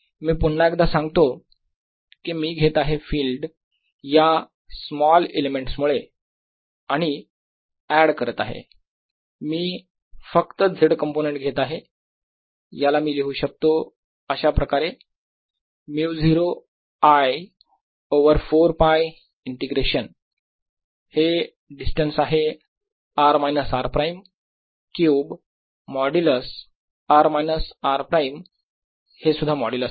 मी पुन्हा एकदा सांगतो कि मी घेत आहे फिल्ड या स्मॉल एलिमेंट्स मुळे आणि एड करत आहे मी फक्त z कंपोनेंट घेत आहे याला मी लिहू शकतो अशाप्रकारे μ0 I ओवर 4π इंटिग्रेशन हे डिस्टन्स आहे r minus r prime cube modulus r minus r prime हे सुद्धा मोड्युलस आहे